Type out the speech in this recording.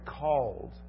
called